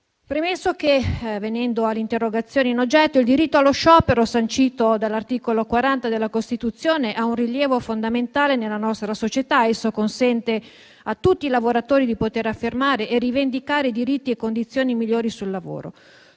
Salvini. Venendo all'interrogazione in oggetto, il diritto allo sciopero, sancito dall'articolo 40 della Costituzione, ha un rilievo fondamentale nella nostra società. Esso consente a tutti i lavoratori di affermare e rivendicare diritti e condizioni migliori sul lavoro.